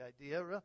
idea